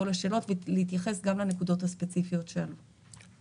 השאלות ולהתייחס גם לנקודות הספציפיות שעלו.